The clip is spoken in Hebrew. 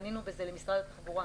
פנינו למשרד התחבורה